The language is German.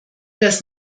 das